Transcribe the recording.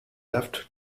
left